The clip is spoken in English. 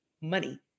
money